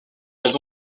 elles